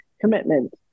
commitment